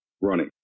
running